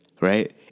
Right